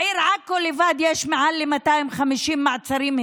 בעיר עכו לבד התקיימו מעל 250 מעצרים.